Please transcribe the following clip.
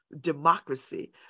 democracy